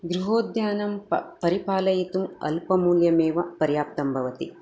गृहोद्यानं परिपालयितुम् अल्पमूल्यमेव पर्याप्तं भवति